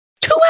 two